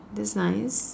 that's nice